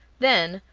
then,